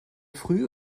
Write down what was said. frühe